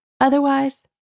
Otherwise